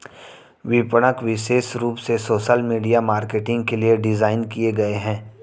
विपणक विशेष रूप से सोशल मीडिया मार्केटिंग के लिए डिज़ाइन किए गए है